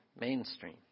mainstream